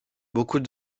beaucoup